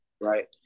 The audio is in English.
Right